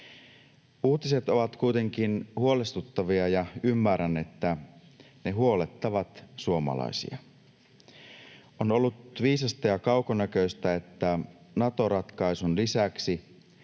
Uutiset ovat kuitenkin huolestuttavia, ja ymmärrän, että ne huolettavat suomalaisia. On ollut viisasta ja kaukonäköistä, että Nato-ratkaisun lisäksi